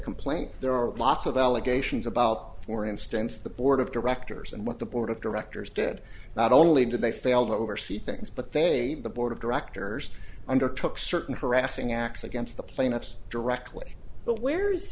complaint there are lots of allegations about for instance the board of directors and what the board of directors did not only did they fail to oversee things but they the board of directors undertook certain harassing acts against the plaintiffs directly but where